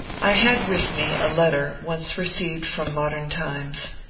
i had with me a letter once received from modem times,